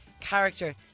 character